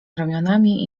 ramionami